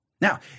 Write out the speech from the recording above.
Now